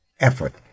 effort